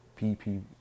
pp